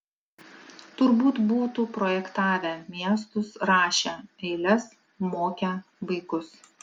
turbūt būtų projektavę miestus rašę eiles mokę vaikus